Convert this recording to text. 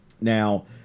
Now